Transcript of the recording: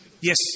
Yes